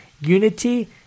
Unity